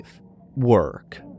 work